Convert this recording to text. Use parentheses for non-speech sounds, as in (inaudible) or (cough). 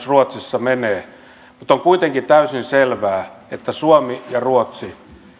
(unintelligible) ruotsissa menee mutta on kuitenkin täysin selvää että suomi ja ruotsi